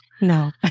No